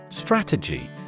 Strategy